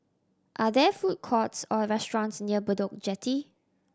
are there food courts or restaurants near Bedok Jetty